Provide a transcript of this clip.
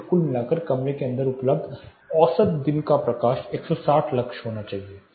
लेकिन कुल मिलाकर कमरे के अंदर उपलब्ध औसत दिन का प्रकाश 160 लक्स होना चाहिए